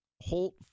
Holt